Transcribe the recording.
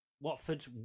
Watford